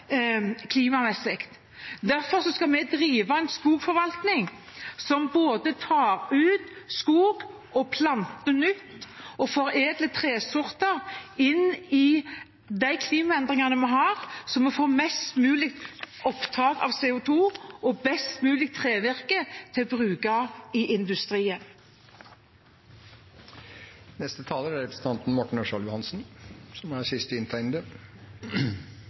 klimamessig. Derfor skal vi drive en skogforvaltning som både tar ut skog, planter nytt og foredler tresorter inn i de klimaendringene vi har, slik at vi får mest mulig opptak av CO 2 og best mulig trevirke å bruke i industrien. Jeg er glad for at representanten Pollestad presiserte at Fremskrittspartiet har hatt landbruksministre som